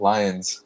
Lions